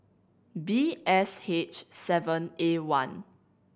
B S H seven A one